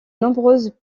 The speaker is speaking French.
nombreuses